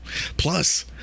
plus